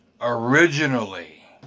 Originally